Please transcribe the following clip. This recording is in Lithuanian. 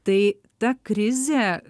tai ta krizė